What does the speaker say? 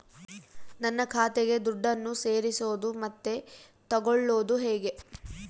ನನ್ನ ಖಾತೆಗೆ ದುಡ್ಡನ್ನು ಸೇರಿಸೋದು ಮತ್ತೆ ತಗೊಳ್ಳೋದು ಹೇಗೆ?